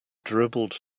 dribbled